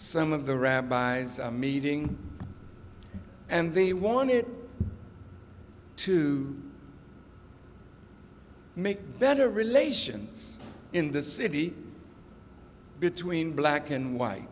some of the rabbis are meeting and they wanted to make better relations in the city between black and white